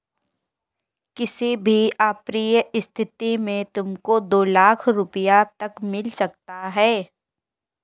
किसी भी अप्रिय स्थिति में तुमको दो लाख़ रूपया तक मिल सकता है